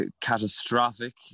catastrophic